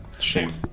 Shame